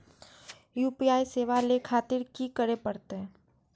UPI सेवा ले खातिर की करे परते?